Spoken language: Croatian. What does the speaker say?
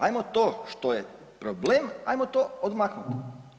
Ajmo to što je problem, ajmo to odmaknuti.